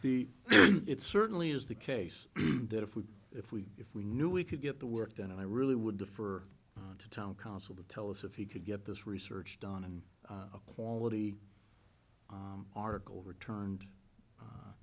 the it certainly is the case that if we if we if we knew we could get the work done and i really would defer to town council to tell us if he could get this research done in a quality article returned